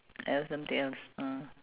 else something else uh